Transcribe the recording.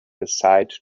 aside